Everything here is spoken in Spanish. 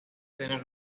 tener